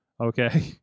Okay